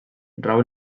rau